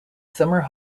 summer